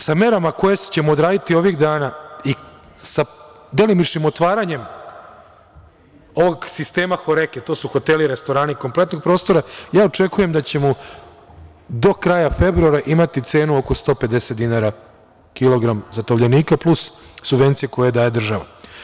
Sa merama koje ćemo odraditi ovih dana i sa delimičnim otvaranjem ovog sistema "HoReCa", to su hoteli, restorani kompletnog prostora, ja očekujem da ćemo do kraja februara imati cenu oko 150 dinara kilogram za tovljenika, plus subvencije koje daje država.